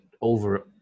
over